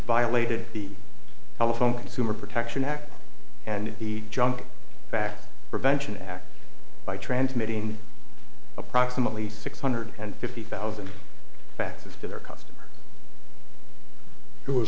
violated the telephone consumer protection act and the junk back prevention act by transmitting approximately six hundred and fifty thousand faxes to their customers who